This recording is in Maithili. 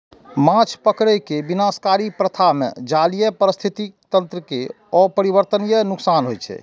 माछ पकड़ै के विनाशकारी प्रथा मे जलीय पारिस्थितिकी तंत्र कें अपरिवर्तनीय नुकसान होइ छै